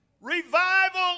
revival